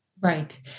Right